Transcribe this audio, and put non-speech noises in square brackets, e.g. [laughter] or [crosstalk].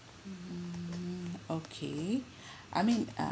mm okay [breath] I mean uh